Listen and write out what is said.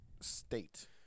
state